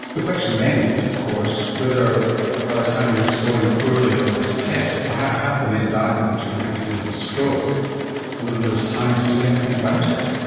the question then is, of course, whether yeah by the time you're scoring poorly on this test if half half the men died within two and a half years of a stroke whether there's time to do anything about it?